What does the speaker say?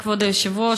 כבוד היושב-ראש.